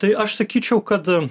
tai aš sakyčiau kad